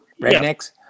Rednecks